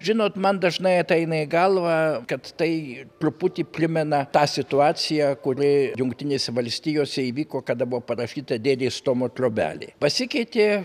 žinot man dažnai ateina į galvą kad tai truputį primena tą situaciją kuri jungtinėse valstijose įvyko kada buvo parašyta dėdės tomo trobelė pasikeitė